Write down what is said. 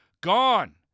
Gone